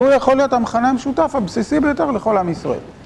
הוא יכול להיות המחנה המשותף הבסיסי ביותר לכל עם ישראל.